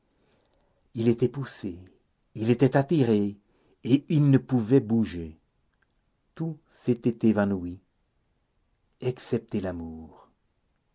il était poussé il était attiré et il ne pouvait bouger tout s'était évanoui excepté l'amour